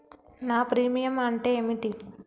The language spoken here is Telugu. నా ప్రీమియం అంటే ఏమిటి?